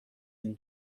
این